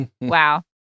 Wow